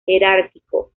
jerárquico